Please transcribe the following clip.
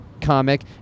comic